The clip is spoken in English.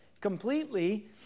completely